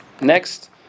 Next